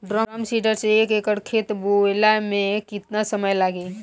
Drum seeder से एक एकड़ खेत बोयले मै कितना समय लागी?